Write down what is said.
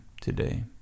today